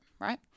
right